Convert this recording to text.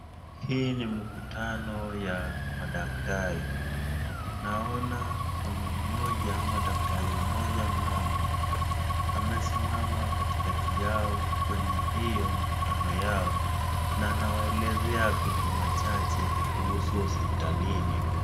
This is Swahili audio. Hii ni mkutano ya madaktari. Naona mama mmoja ama daktari mmoja mama, amesimama katikati yao kwenye hiyo mkutano yao na anawaelezea vitu machache kuhusu hospitalini.